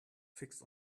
fixed